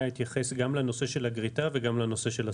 אתייחס גם לנושא של הגריטה וגם לנושא של הסבסוד.